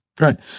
Right